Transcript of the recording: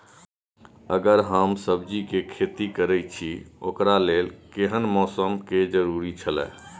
अगर हम सब्जीके खेती करे छि ओकरा लेल के हन मौसम के जरुरी छला?